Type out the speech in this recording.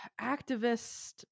activist